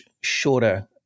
shorter